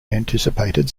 anticipated